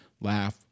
laugh